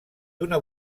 d’una